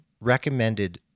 recommended